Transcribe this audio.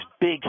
big